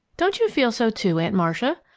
don't you feel so too, aunt marcia?